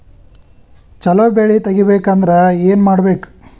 ಛಲೋ ಬೆಳಿ ತೆಗೇಬೇಕ ಅಂದ್ರ ಏನು ಮಾಡ್ಬೇಕ್?